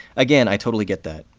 again, i totally get that.